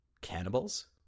Cannibals